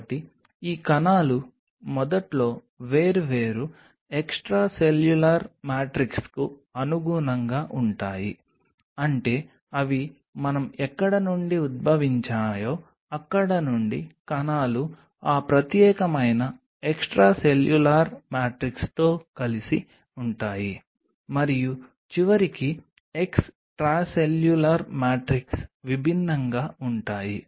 కాబట్టి ఈ కణాలు మొదట్లో వేర్వేరు ఎక్స్ట్రాసెల్యులార్ మ్యాట్రిక్స్కు అనుగుణంగా ఉంటాయి అంటే అవి మనం ఎక్కడ నుండి ఉద్భవించాయో అక్కడ నుండి కణాలు ఆ ప్రత్యేకమైన ఎక్స్ట్రాసెల్యులార్ మ్యాట్రిక్స్తో కలిసి ఉంటాయి మరియు చివరికి ఎక్స్ట్రాసెల్యులార్ మ్యాట్రిక్స్ విభిన్నంగా ఉంటాయి